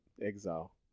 exile